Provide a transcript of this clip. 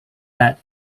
that